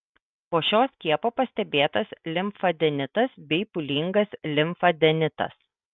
po šio skiepo pastebėtas limfadenitas bei pūlingas limfadenitas